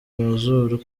mazuru